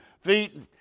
feet